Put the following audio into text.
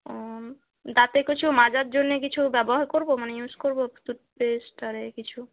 ও দাঁতে কিছু মাজার জন্যে কিছু ব্যবহার করবো মানে ইউজ করবো টুথপেস্ট আর এ কিছু